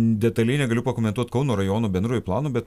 detaliai negaliu pakomentuot kauno rajono bendrojo plano bet